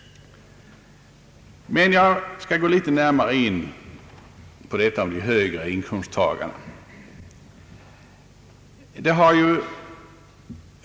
Jag skall så gå litet närmare in på detta om de högre inkomsttagarna.